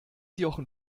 jochen